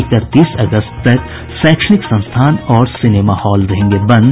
इकतीस अगस्त तक शैक्षणिक संस्थान और सिनेमा हॉल रहेंगे बंद